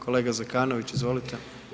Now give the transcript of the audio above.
Kolega Zekanović, izvolite.